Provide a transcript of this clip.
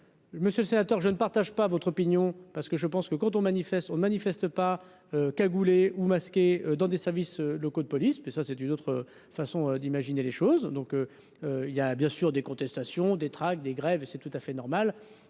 monsieur le sénateur, je ne partage pas votre opinion parce que je pense que quand on manifeste, on manifeste pas cagoulés ou masqués dans des services locaux de police, mais ça c'est une autre façon d'imaginer les choses, donc il y a bien sûr des contestations, des tracts, des grèves et c'est tout à fait normal,